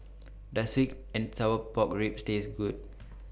Does Sweet and Sour Pork Ribs Taste Good